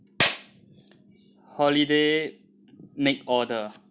holiday make order